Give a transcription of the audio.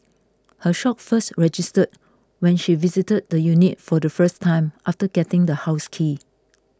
her shock first registered when she visited the unit for the first time after getting the house key